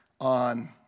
on